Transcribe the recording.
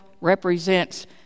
represents